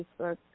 Facebook